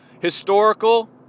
historical